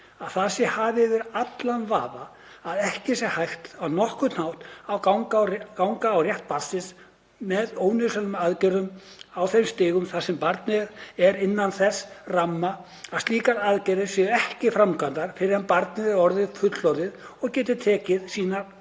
að það sé hafið yfir allan vafa að ekki sé hægt á nokkurn hátt að ganga á rétt barnsins með ónauðsynlegum aðgerðum á þeim stigum þar sem barnið er innan þess ramma, að slíkar aðgerðir séu ekki framkvæmdar fyrr en barnið er orðið fullorðið og getur tekið sínar